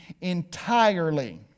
entirely